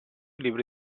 libri